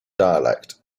dialect